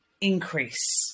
increase